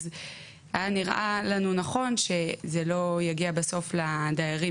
אז היה נראה לנו נכון שזה לא יגיע בסוף לדיירים